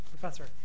Professor